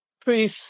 proof